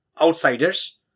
Outsiders